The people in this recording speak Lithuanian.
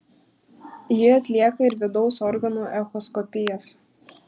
ji atlieka ir vidaus organų echoskopijas